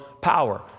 power